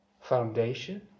foundation